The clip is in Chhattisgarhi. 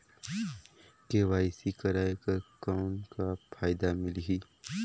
के.वाई.सी कराय कर कौन का फायदा मिलही?